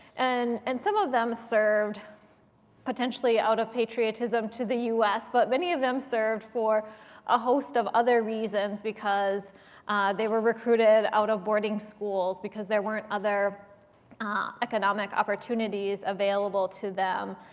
and and some of them served potentially out of patriotism to the us, but many of them served for a host of other reasons because they were recruited out of boarding schools, because there weren't other ah economic opportunities available to them.